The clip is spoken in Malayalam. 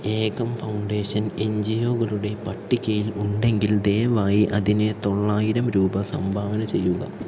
ഏകം ഫൗണ്ടേഷൻ എൻ ജി ഒ കളുടെ പട്ടികയിൽ ഉണ്ടെങ്കിൽ ദയവായി അതിന് തൊള്ളായിരം രൂപ സംഭാവന ചെയ്യുക